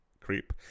creep